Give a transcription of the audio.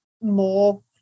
more